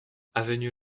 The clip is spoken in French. avenue